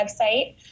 website